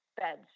beds